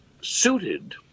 suited